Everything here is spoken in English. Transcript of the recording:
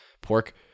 pork